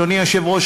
אדוני היושב-ראש,